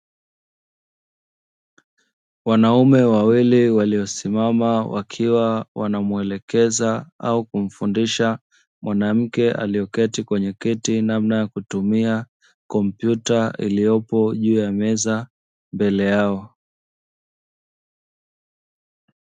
Wanaume wawili waliosimama wakiwa wanamuelekeza au kumfundisha mwanamke, aliyeketi kwenye kiti namna ya kutumia kompyuta iliyopo juu ya meza mbele yao.